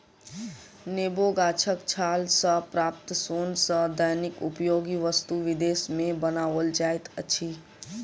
नेबो गाछक छाल सॅ प्राप्त सोन सॅ दैनिक उपयोगी वस्तु विदेश मे बनाओल जाइत अछि